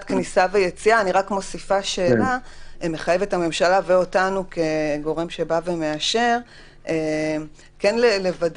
כניסה ויציאה מחייב את הממשלה ואותנו כגורם מאשר כן לוודא